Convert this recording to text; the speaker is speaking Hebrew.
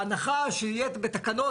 ההנחה שיהיה בתקנות,